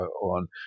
on